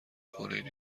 کنید